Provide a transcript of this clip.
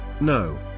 No